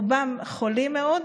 רובם חולים מאוד,